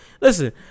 Listen